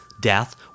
death